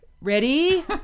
Ready